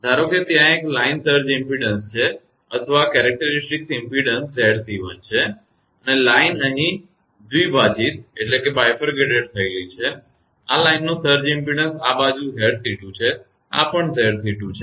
ધારો કે ત્યાં એક લાઇન સર્જ ઇમપેડન્સ છે અથવા લાક્ષણિક ઇમપેડન્સ 𝑍𝑐1 છે અને લાઇન અહીં દ્વિભાજિત થઈ છે અને આ લાઇનનો સર્જ ઇમપેડન્સ આ બાજુ 𝑍𝑐2 છે આ પણ 𝑍𝑐2 છે